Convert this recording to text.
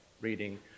reading